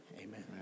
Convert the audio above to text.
amen